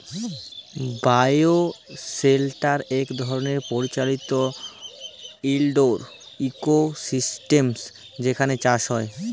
bioshelter ইক ধরলের পরিচালিত ইলডোর ইকোসিস্টেম যেখালে চাষ হ্যয়